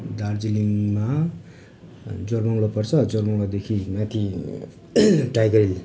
दार्जिलिङमा जोरबङ्गलो पर्छ जोरबङ्गलोदेखि माथि टाइगर हिल